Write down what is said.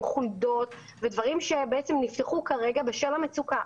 חולדות ודברים שבעצם נפתחו כרגע בשל המצוקה,